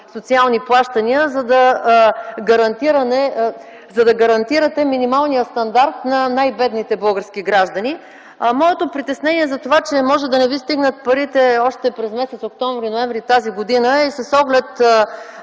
социални плащания, за да гарантирате минималния стандарт на най-бедните български граждани. Моето притеснение, че може да не ви стигнат парите още през м. октомври и ноември т.г., е с оглед